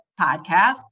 podcasts